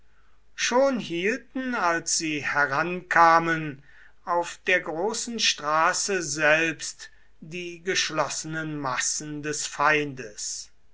schon hielten als sie herankamen auf der großen straße selbst die geschlossenen massen des feindes